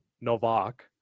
Novak